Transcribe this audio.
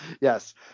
Yes